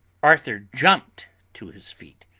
arthur jumped to his feet.